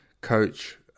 coach